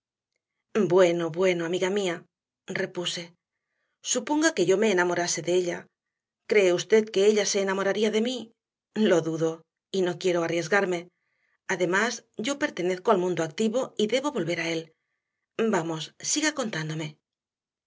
bueno bueno amiga mía repuse suponga que yo me enamorase de ella cree usted que ella se enamoraría de mí lo dudo y no quiero arriesgarme además yo pertenezco al mundo activo y debo volver a él vamos siga contándome